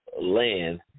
land